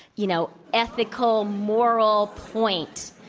you know, ethical, moral point.